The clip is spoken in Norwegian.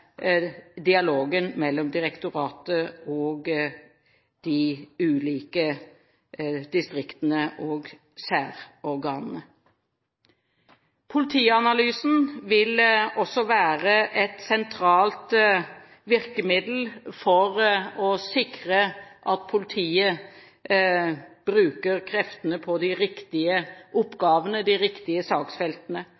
dialogen mellom direktoratet og de ulike distriktene og særorganene. Politianalysen vil også være et sentralt virkemiddel for å sikre at politiet bruker kreftene på de riktige